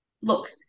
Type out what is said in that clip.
look